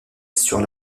sur